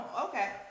Okay